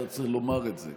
אתה צריך לומר את זה.